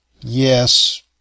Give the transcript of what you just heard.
yes